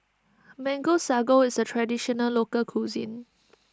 Mango Sago is a Traditional Local Cuisine